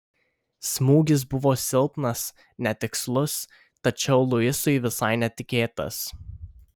smūgis buvo silpnas netikslus tačiau luisui visai netikėtas